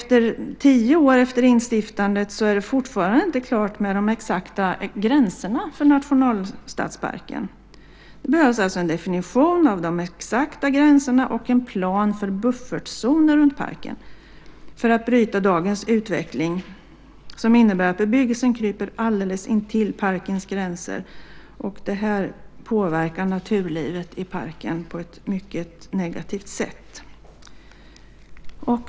Tio år efter instiftandet är de exakta gränserna för nationalstadsparken fortfarande inte klara. Det behövs en definition av de exakta gränserna och en plan för buffertzoner runt parken för att bryta dagens utveckling, som innebär att bebyggelsen kryper alldeles intill parkens gränser. Det påverkar naturlivet i parken på ett mycket negativt sätt.